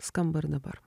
skamba ir dabar